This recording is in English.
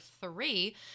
three